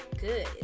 good